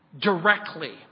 Directly